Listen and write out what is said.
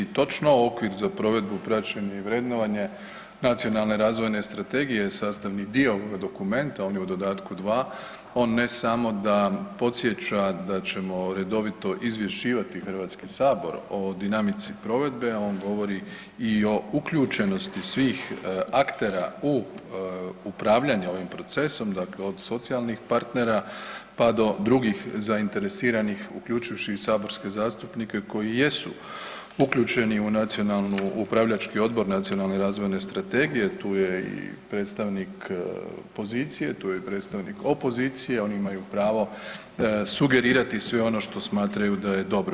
Točno, okvir za provedbu, praćenje i vrednovanje Nacionalne razvojne strategije je sastavni dio ovog dokumenta, on je u dodatku 2. On ne samo da podsjeća da ćemo redovito izvješćivati HS o dinamici provedbe, on govori i o uključenosti svih aktera u upravljanje ovim procesom, dakle od socijalnih partnera pa do drugih zainteresiranih, uključivši i saborske zastupnike koji jesu uključeni u Nacionalnu upravljački odbor Nacionalne razvojne strategije, tu je i predstavnik pozicije, tu je i predstavnik opozicije, oni imaju pravo sugerirati i sve ono što smatraju da je dobro.